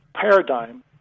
paradigm